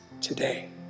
today